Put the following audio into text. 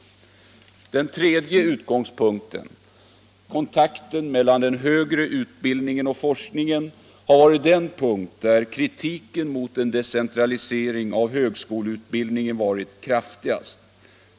Den tredje utgångspunkten — kontakten mellan den högre utbildningen och forskningen — har varit den punkt där kritiken mot en decentralisering av högskoleutbildningen varit kraftigast.